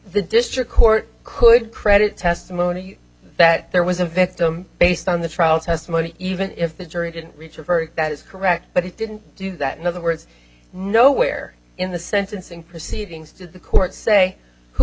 the district court could credit testimony that there was a victim based on the trial testimony even if the jury didn't reach a verdict that is correct but it didn't do that in other words no where in the sentencing proceedings did the court say who